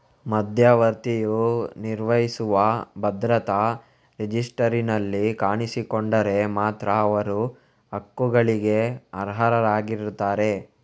ಮಧ್ಯವರ್ತಿಯು ನಿರ್ವಹಿಸುವ ಭದ್ರತಾ ರಿಜಿಸ್ಟರಿನಲ್ಲಿ ಕಾಣಿಸಿಕೊಂಡರೆ ಮಾತ್ರ ಅವರು ಹಕ್ಕುಗಳಿಗೆ ಅರ್ಹರಾಗಿರುತ್ತಾರೆ